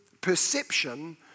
perception